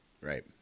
Right